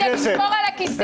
כדי לשמור על הכיסא?